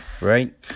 Right